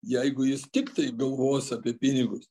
jeigu jis tiktai galvos apie pinigus